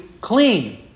clean